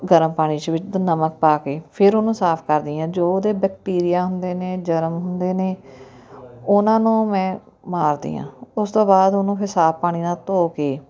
ਗਰਮ ਪਾਣੀ 'ਚ ਵੀ ਦ ਨਮਕ ਪਾ ਕੇ ਫਿਰ ਉਹਨੂੰ ਸਾਫ ਕਰਦੀ ਹਾਂ ਜੋ ਉਹਦੇ ਬੈਕਟੀਰੀਆ ਹੁੰਦੇ ਨੇ ਜਰਮ ਹੁੰਦੇ ਨੇ ਉਹਨਾਂ ਨੂੰ ਮੈਂ ਮਾਰਦੀ ਹਾਂ ਉਸ ਤੋਂ ਬਾਅਦ ਉਹਨੂੰ ਫਿਰ ਸਾਫ ਪਾਣੀ ਨਾਲ ਧੋ ਕੇ